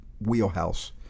wheelhouse